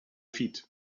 feet